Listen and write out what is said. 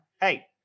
Hey